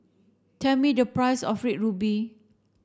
tell me the price of red ruby